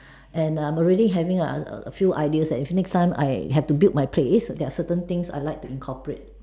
and I'm already having uh a few ideas and next time I have to build my place there are certain things I like to incorporate